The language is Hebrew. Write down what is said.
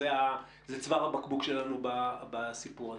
זה צוואר הבקבוק שלנו בסיפור הזה.